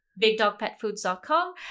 bigdogpetfoods.com